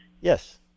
yes